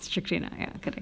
shukrinah ya correct